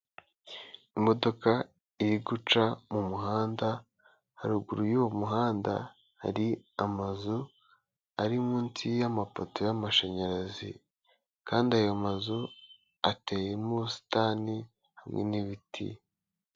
Imodoka iri guca mu muhanda, haruguru y'uwo muhanda, hari amazu ari munsi y'amapoto y'amashanyarazi kandi ayo mazu ateyemo ubusitani hamwe n'ibiti.